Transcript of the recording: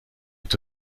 est